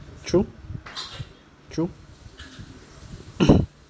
true true